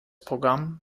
programm